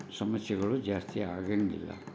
ಸಮಸ್ಯೆಗಳು ಜಾಸ್ತಿ ಆಗಂಗಿಲ್ಲ